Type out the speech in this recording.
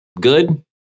good